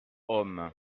hommes